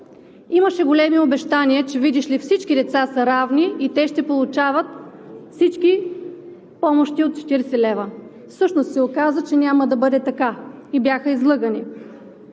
Имаше големи обещания, видиш ли, че всички деца са равни и всички те ще получават помощи от 40 лв. Всъщност се оказа, че няма да бъде така и бяха излъгани,